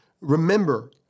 remember